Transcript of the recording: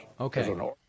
Okay